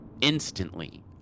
instantly